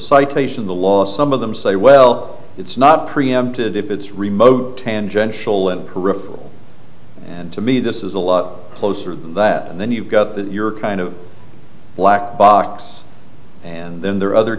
citation the law some of them say well it's not preempted if it's remote tangential and peripheral and to me this is a lot closer than that and then you've got that you're kind of black box and then there are other